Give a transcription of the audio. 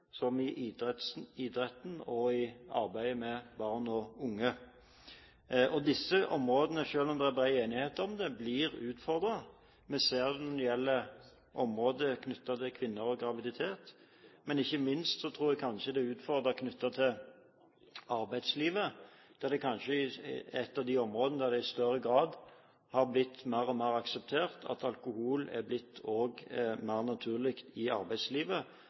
arbeidet med barn og unge, er det ganske bred enighet om. Selv om det er bred enighet om disse områdene, blir de utfordret. Vi ser det når det gjelder området knyttet til kvinner og graviditet, men ikke minst tror jeg det kanskje er utfordringer knyttet til arbeidslivet, som kanskje er et av de områdene der det i større grad har blitt mer og mer akseptert at alkohol er blitt mer naturlig,